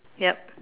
yup